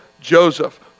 Joseph